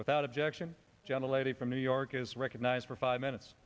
without objection john the lady from new york is recognized for five minutes